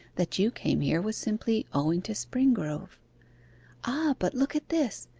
that you came here was simply owing to springrove ah, but look at this.